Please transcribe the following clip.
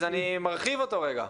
אז אני מרחיב אותו רגע.